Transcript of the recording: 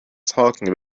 talking